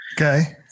Okay